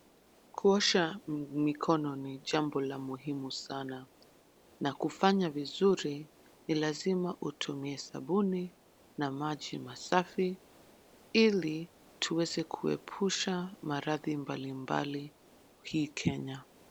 Kuosha mikono ni jambo la muhumu sana na ili kuosha vizuri ni lazima utumie sabuni na maji masafi ili tuweze kuhepusha maradhi mbali mbali hii Kenya.